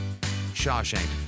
Shawshank